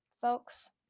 folks